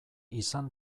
izan